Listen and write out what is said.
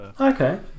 Okay